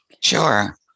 Sure